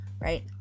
right